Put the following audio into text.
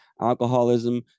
alcoholism